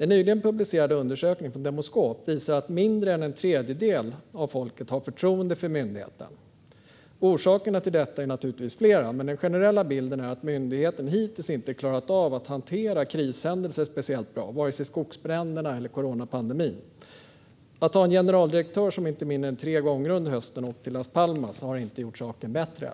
En nyligen publicerad undersökning från Demoskop visar att mindre än en tredjedel av folket har förtroende för myndigheten. Orsakerna till detta är naturligtvis flera, men den generella bilden är att myndigheten hittills inte har klarat av att hantera krishändelser särskilt bra, vare sig skogsbränderna eller coronapandemin. Att ha en generaldirektör som inte mindre än tre gånger under hösten har åkt till Las Palmas har inte gjort saken bättre.